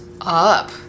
up